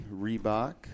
Reebok